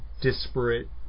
disparate